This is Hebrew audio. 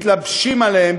מתלבשים עליהם,